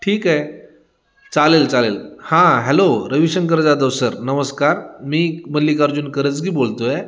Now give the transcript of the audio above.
ठीक आहे चालेल चालेल हां हॅलो रविशंकर जाधव सर नमस्कार मी मल्लिकार्जून करजगी बोलतो आहे